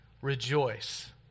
Rejoice